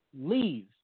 leave